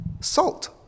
Salt